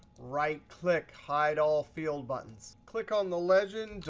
right click, hide all field buttons. click on the legend,